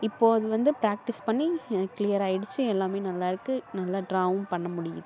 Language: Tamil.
இப்போது அது வந்து பிராக்டிஸ் பண்ணி எனக்கு கிளியராக ஆகிடுச்சி எல்லாமே நல்லா இருக்குது நல்லா ட்ராவும் பண்ண முடியுது